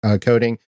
coding